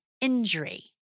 injury